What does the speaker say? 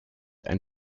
ein